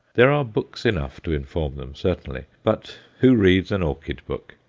there are books enough to inform them, certainly but who reads an orchid book?